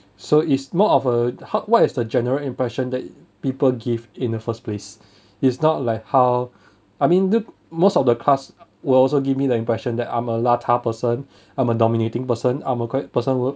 so it's more of a hu~ why is the general impression that people give in the first place is not like how I mean the most of the class will also give me the impression that I'm a 邋遢 person I'm a dominating person I'm a quiet person would